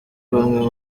bamwe